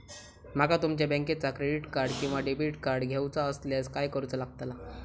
माका तुमच्या बँकेचा क्रेडिट कार्ड किंवा डेबिट कार्ड घेऊचा असल्यास काय करूचा लागताला?